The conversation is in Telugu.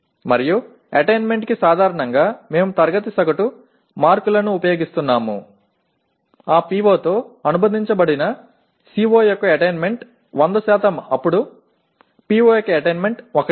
మరియు అటైన్మెంట్ కి సాధారణంగా మేము తరగతి సగటు మార్కులను ఉపయోగిస్తున్నాము ఆ PO తో అనుబంధించబడిన CO యొక్క అటైన్మెంట్ 100 అప్పుడు PO యొక్క అటైన్మెంట్ 1